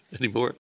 anymore